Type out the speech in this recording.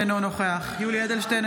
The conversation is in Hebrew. אינו נוכח יולי יואל אדלשטיין,